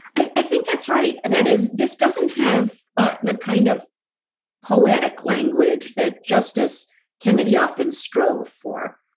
i think that's right. that is this doesn't have ah the kind of poetic language that justice kennedy often strove for.